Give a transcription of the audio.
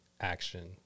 action